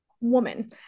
woman